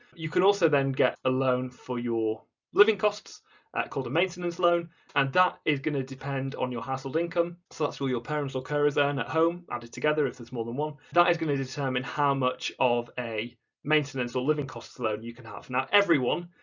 you can also then get a loan for your living costs called a maintenance loan and that is going to depend on your household income, so that's what your parents or carers earn at home added together if there's more than one. that is going to determine how much of a maintenance or living costs loan you can have. now everyone,